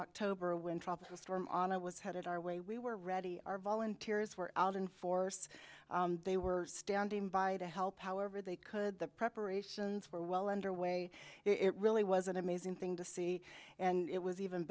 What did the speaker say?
october when tropical storm on it was headed our way we were ready our volunteers were out in force they were standing by to help however they could the preparations were well underway it really was an amazing thing to see and it was even